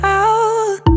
out